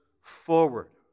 forward